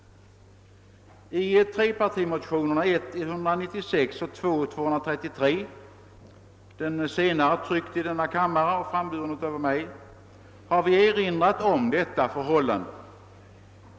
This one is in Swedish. I trepartimotionerna 1:196 och II: 233, den senare framburen av mig, har vi erinrat om detta förhållande.